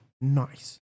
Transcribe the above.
Nice